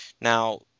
Now